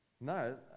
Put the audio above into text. No